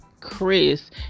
Chris